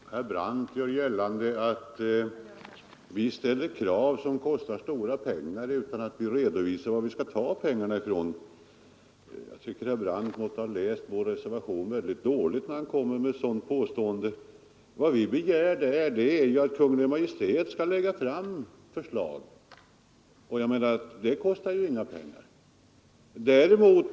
Fru talman! Herr Brandt gör gällande att vi ställer krav som kostar pengar utan att redovisa var pengarna skall tas. Herr Brandt måste ha läst vår reservation mycket dåligt när han kommer med ett sådant påstående. Vad vi begär är ju att Kungl. Maj:t skall lägga fram förslag, och det kostar inga pengar.